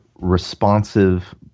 responsive